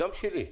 גם שלי,